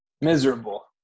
Miserable